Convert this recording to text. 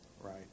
right